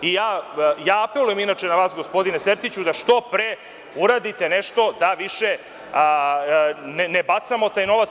Inače, ja apelujem na vas, gospodine Sertiću, da što pre uradite nešto da više ne bacamo taj novac.